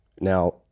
now